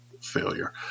failure